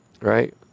Right